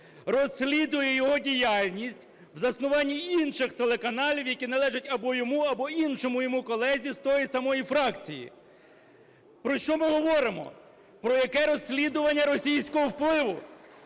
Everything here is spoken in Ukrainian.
розслідує його діяльність у заснуванні інших телеканалів, які належать або йому, або іншому його колезі з тої самої фракції. Про що ми говоримо? Про яке розслідування російського впливу?